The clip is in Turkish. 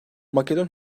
makedon